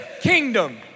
kingdom